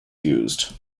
used